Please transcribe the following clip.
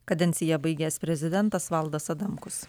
kadenciją baigęs prezidentas valdas adamkus